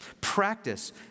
Practice